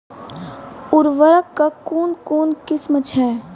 उर्वरक कऽ कून कून किस्म छै?